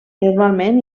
normalment